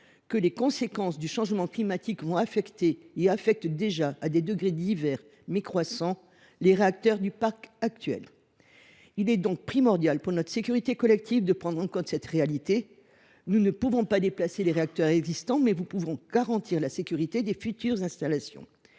que les conséquences du changement climatique affectaient déjà, à des degrés divers, mais croissants, les réacteurs du parc actuel. Il est donc primordial pour notre sécurité collective de prendre en compte cette réalité. Nous ne pouvons déplacer les réacteurs existants, mais nous pouvons garantir la sécurité des futures installations.